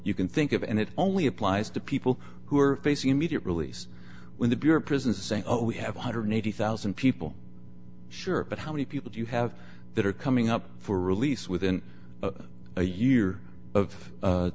you can think of and it only applies to people who are facing immediate release when the bureau of prisons saying we have one hundred and eighty thousand people sure but how many people do you have that are coming up for release within a year of